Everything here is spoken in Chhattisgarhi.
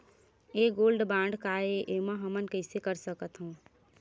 ये गोल्ड बांड काय ए एमा हमन कइसे कर सकत हव?